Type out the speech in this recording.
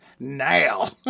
Now